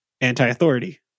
anti-authority